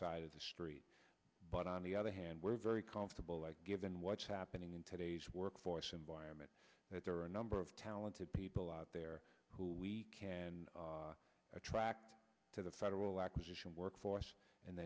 side of the street but on the other hand we're very comfortable given what's happening in today's workforce environment that there are a number of talented people out there who we can attract to the federal acquisition workforce and